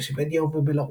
בשוודיה ובבלארוס.